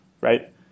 Right